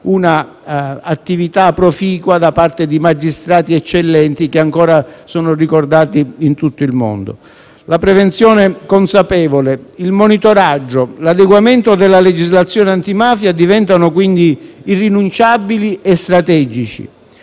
un'attività proficua svolta da magistrati eccellenti, che ancora sono ricordati in tutto il mondo. La prevenzione consapevole, il monitoraggio, l'adeguamento della legislazione antimafia diventano quindi irrinunciabili e strategici.